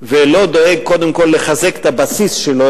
ולא דואג קודם כול לחזק את הבסיס שלו,